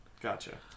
Gotcha